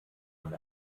und